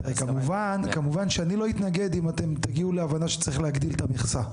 כמובן שאני לא אתנגד אם אתם תגיעו להבנה שצריך להגדיל את המכסה.